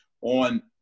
on